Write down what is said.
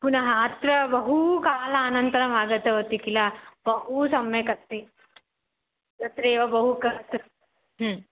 पुनः अत्र बहु कालानन्तरम् आगतवती किल बहु सम्यक् अस्ति तत्रैव बहु कर्तुम्